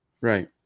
right